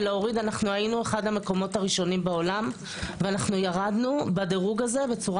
היינו אחד המקומות הראשונים בעולם וירדנו בדירוג הזה בצורה